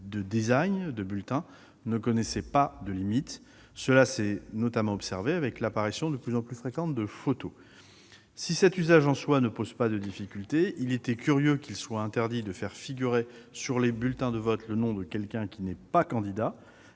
de design des bulletins ne connaissait pas de limite. Ce fait a été notamment observé avec l'apparition de plus en plus fréquente de photos. Si cet usage en soi ne pose pas de difficultés, il était curieux qu'il soit interdit de faire figurer sur les bulletins de vote le nom de quelqu'un qui n'est pas candidat,